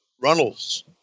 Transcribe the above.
Runnels